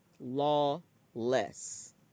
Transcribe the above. Lawless